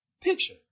picture